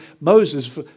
Moses